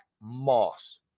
Moss